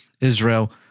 Israel